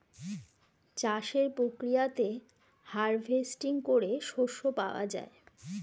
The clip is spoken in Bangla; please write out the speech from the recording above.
চাষের প্রক্রিয়াতে হার্ভেস্টিং করে শস্য পাওয়া যায়